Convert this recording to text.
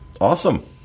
Awesome